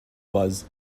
was